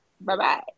bye-bye